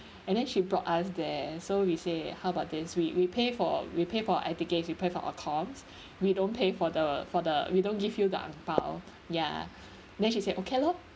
and then she brought us there so we say how about this we we pay for we pay for air tickets we pay for accoms we don't pay for the for the we don't give you the ang bao ya then she say okay lor